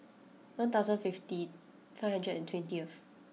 one thousand fifty hundred and twentieth